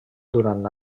durant